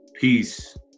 peace